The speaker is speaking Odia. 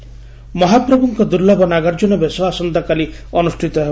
ନାଗାର୍କ୍ରନ ବେଶ ମହାପ୍ରଭୁଙ୍କ ଦୁର୍ଲଭ ନାଗାର୍ଜୁନ ବେଶ ଆସନ୍ତା କାଲି ଅନୁଷ୍ପିତ ହେବ